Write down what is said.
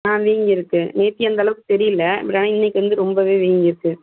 ஆ வீங்கியிருக்கு நேற்று அந்தளவுக்கு தெரியல பட் ஆனால் இன்றைக்கு வந்து ரொம்பவே வீங்கியிருக்கு